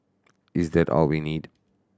is that all we need